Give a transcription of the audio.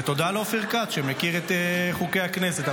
תודה לאופיר כץ, שמכיר את חוקי הכנסת.